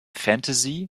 fantasy